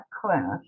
class